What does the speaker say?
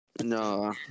No